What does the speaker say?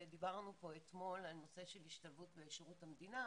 ודיברנו פה אתמול על נושא של השתלבות בשירות המדינה,